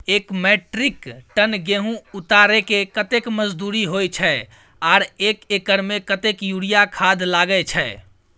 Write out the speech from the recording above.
एक metric ton गेहूं उतारेके कतेक मजदूरी होय छै आर एक एकर में कतेक यूरिया खाद लागे छै?